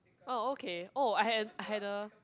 oh okay oh I had an I had a